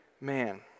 man